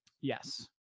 Yes